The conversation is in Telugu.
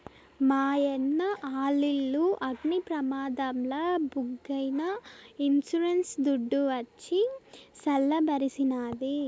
మాయన్న ఆలిల్లు అగ్ని ప్రమాదంల బుగ్గైనా ఇన్సూరెన్స్ దుడ్డు వచ్చి సల్ల బరిసినాది